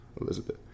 Elizabeth